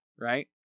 right